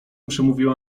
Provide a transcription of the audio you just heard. przemówiła